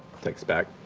texts back,